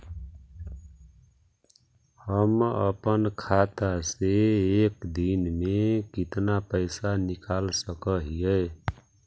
हम अपन खाता से एक दिन में कितना पैसा निकाल सक हिय?